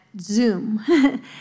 Zoom